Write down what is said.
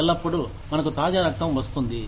ఎల్లప్పుడూ మనకు తాజా రక్తం వస్తుంది